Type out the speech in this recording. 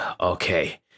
okay